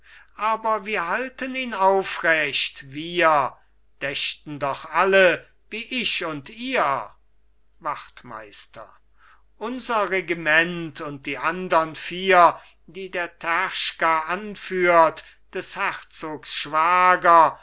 aber wir halten ihn aufrecht wir dächten doch alle wie ich und ihr wachtmeister unser regiment und die andern vier die da terschka anführt des herzogs schwager